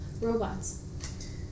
Robots